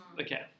Okay